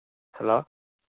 hello